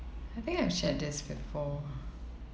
I think I've shared this before